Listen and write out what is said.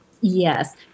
Yes